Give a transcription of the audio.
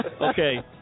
Okay